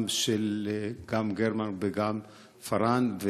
גם גרמן וגם פארן,